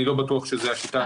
אני לא בטוח שזאת השיטה הנכונה,